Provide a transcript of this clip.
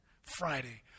Friday